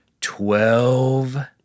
Twelve